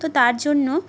তো তার জন্য